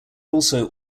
also